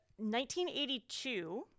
1982